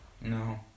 no